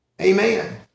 Amen